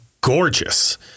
gorgeous